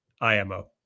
IMO